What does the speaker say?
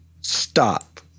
stop